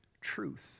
truth